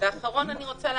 הדבר האחרון שאני רוצה להגיד,